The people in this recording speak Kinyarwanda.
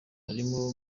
harimo